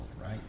right